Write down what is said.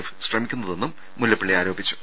F ശ്രമിക്കുന്ന തെന്നും മുല്ലപ്പള്ളി ആരോപിച്ചു